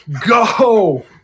go